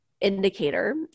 indicator